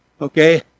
Okay